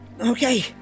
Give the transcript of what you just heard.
Okay